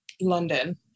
london